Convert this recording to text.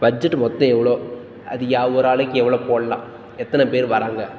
budget மொத்தம் எவ்வளோ அது யா ஒரு ஆளுக்கு எவ்வளவு போடலாம் எத்தனை பேர் வர்றாங்க